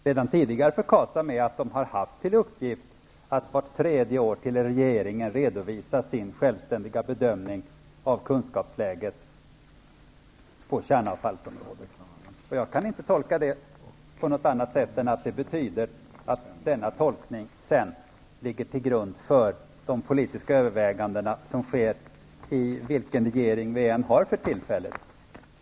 Herr talman! Sedan tidigare har KASAM haft till uppgift att vart tredje år för regeringen redovisa sin självständiga bedömning av kunskapsläget på kärnavfallsområdet. Jag kan inte tolka det på något annat sätt än att det betyder att den bedömningen sedan ligger till grund för de politiska överväganden som sker i vilken regering vi än har för tillfället.